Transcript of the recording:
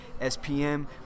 SPM